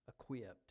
equipped